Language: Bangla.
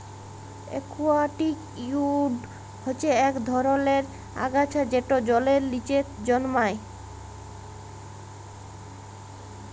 একুয়াটিক উইড হচ্যে ইক ধরলের আগাছা যেট জলের লিচে জলমাই